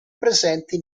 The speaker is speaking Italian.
presenti